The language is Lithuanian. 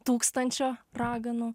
tūkstančio raganų